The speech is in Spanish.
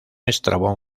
estrabón